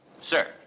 sir